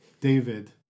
David